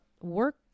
work